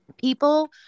people